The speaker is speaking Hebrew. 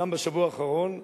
גם בשבוע האחרון,